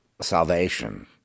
salvation